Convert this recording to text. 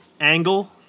angle